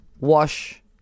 wash